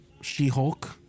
She-Hulk